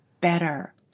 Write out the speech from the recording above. better